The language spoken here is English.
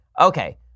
Okay